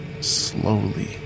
slowly